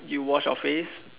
you wash your face